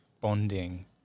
bonding